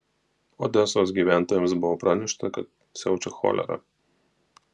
odesos gyventojams buvo pranešta kad siaučia cholera